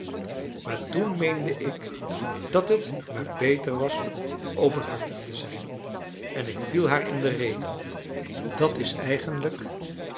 maar toen meende ik dat het maar beter was openhartig te zijn en ik viel haar in de rede dat is eigenlijk